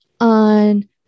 on